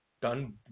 done